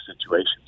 situations